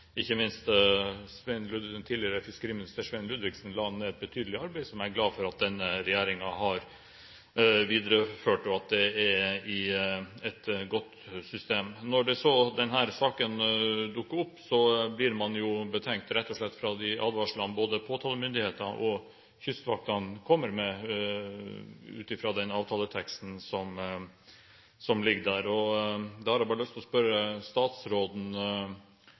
Ikke minst tidligere fiskeriminister Svein Ludvigsen la ned et betydelig arbeid, som jeg er glad for at denne regjeringen har videreført, og at det er et godt system. Når denne saken dukker opp, blir man rett og slett betenkt ut fra de advarslene både påtalemyndigheter og Kystvakten kommer med, ut fra den avtaleteksten som ligger der. Da har jeg bare lyst til å spørre statsråden: